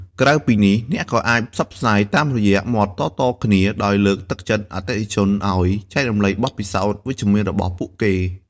ក្រៅពីនេះ អ្នកក៏អាចផ្សព្វផ្សាយតាមរយៈមាត់តៗគ្នា ដោយលើកទឹកចិត្តអតិថិជនឱ្យចែករំលែកបទពិសោធន៍វិជ្ជមានរបស់ពួកគេ។